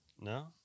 No